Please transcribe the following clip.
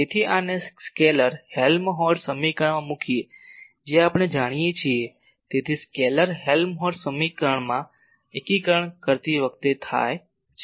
તેથી આને scalar Helmholtz સમીકરણમાં મૂકીએ જે આપણે કરીએ છીએ તેથી સ્કેલેર હેલમહોલ્ટ્ઝ સમીકરણમાં એકીકરણ કરતી વખતે થાય છે